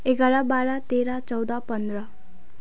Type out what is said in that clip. एघार बाह्र तेह्र चौध पन्ध्र